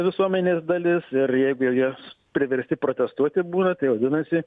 visuomenės dalis ir jeigu juos priversti protestuoti būna tai vadinasi